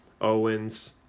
Owens